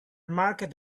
market